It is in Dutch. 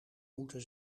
moeten